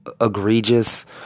egregious